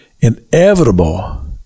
inevitable